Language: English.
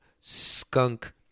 skunk